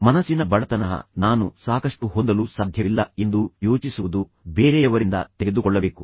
ಮನಸ್ಸಿನ ಬಡತನಃ ನಾನು ಸಾಕಷ್ಟು ಹೊಂದಲು ಸಾಧ್ಯವಿಲ್ಲ ಎಂದು ಯೋಚಿಸುವುದು ಆದ್ದರಿಂದ ಸಾಕಷ್ಟು ಹೊಂದಲು ನಾನು ನಿಜವಾಗಿಯೂ ಬೇರೆಯವರಿಂದ ತೆಗೆದುಕೊಳ್ಳಬೇಕು